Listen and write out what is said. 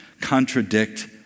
contradict